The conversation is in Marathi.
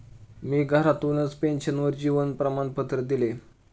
मी घरातूनच पेन्शनर जीवन प्रमाणपत्र दिले